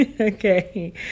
Okay